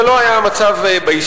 זה לא היה המצב בהיסטוריה,